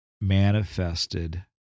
manifested